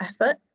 effort